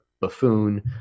buffoon